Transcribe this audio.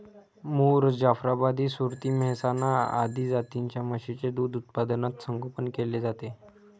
मुर, जाफराबादी, सुरती, मेहसाणा आदी जातींच्या म्हशींचे दूध उत्पादनात संगोपन केले जाते